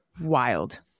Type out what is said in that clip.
Wild